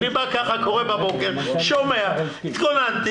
אני בא ככה, קורא בבוקר, שומע, התכוננתי.